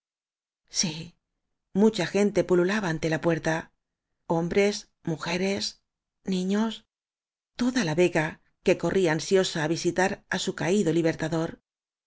sí mucha gente pululaba ante la puerta hombres mujeres niños toda la vega que corría ansiosa á visitar á su caído libertador